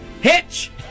Hitch